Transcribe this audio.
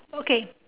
okay